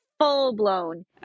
full-blown